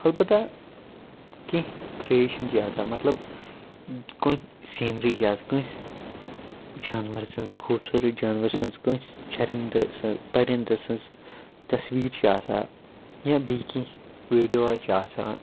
البتہ کیٚنہہ کِرٛییشَن چھِ آسان مطلب کانٛہہ سیٖنری چھِ آسان کٲنٛسہِ جانوَر سٕنٛز خوٗبصوٗرَت جانوَر سٕنٛز کٲنٛسہِ چٔرِنٛدٕ سٕنٛز پٔرِندٕ سٕنٛز تصویٖر چھِ آسان یا بیٚیہِ کیٚنہہ ویٖڈیو حظ چھِ آسان